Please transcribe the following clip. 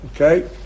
Okay